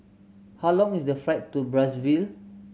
how long is the flight to Brazzaville